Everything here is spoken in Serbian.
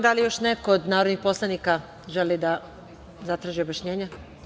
Da li još neko od narodnih poslanika želi da zatraži objašnjenje?